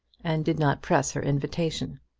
and did not press her invitation.